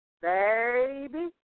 baby